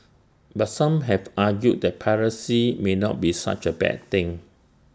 but some have argued that piracy may not be such A bad thing